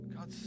God